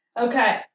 Okay